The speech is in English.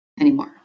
anymore